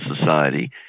society